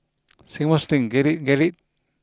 Singapore Sling get it get it